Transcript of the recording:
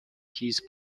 keys